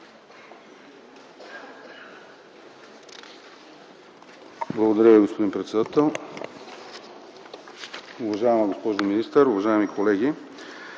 Благодаря Ви, господин председател. Уважаема госпожо министър, уважаеми колеги!